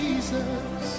Jesus